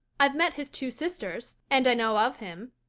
i've met his two sisters, and i know of him.